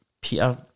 Peter